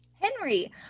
henry